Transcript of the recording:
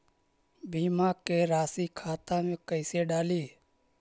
बीमा के रासी खाता में कैसे डाली?